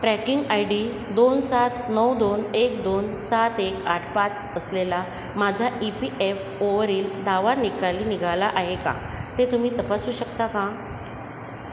tracking I D दोन सात नऊ दोन एक दोन सात एक आठ पाच असलेला माझा ई पी एफ ओवरील दावा निकाली निघाला आहे का ते तुम्ही तपासू शकता का